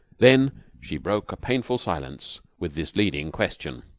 then she broke a painful silence with this leading question